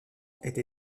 étaient